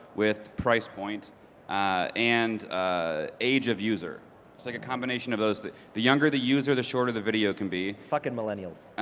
with price point and ah age of user. it's like a combination of those, that the younger the user, the shorter the video can be. fuckin' millennials.